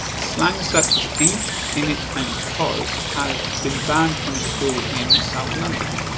slang such as ain't, innit and coz has been banned from a school in south london.